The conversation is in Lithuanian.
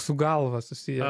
su galva susiję